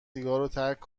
ترک